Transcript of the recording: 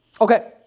Okay